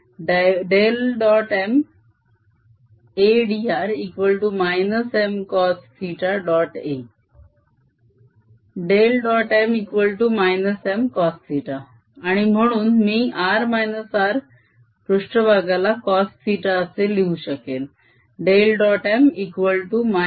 M Mcosθ आणि म्हणून मी r R पृष्ट्भागाला cos θ असे लिहू शकेन